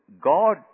God